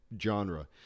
genre